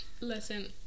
Listen